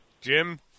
jim